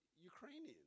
Ukrainians